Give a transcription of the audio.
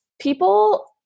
people